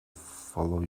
follow